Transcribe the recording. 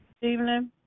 evening